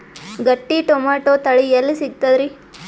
ಗಟ್ಟಿ ಟೊಮೇಟೊ ತಳಿ ಎಲ್ಲಿ ಸಿಗ್ತರಿ?